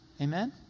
Amen